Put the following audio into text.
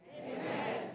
Amen